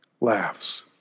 laughs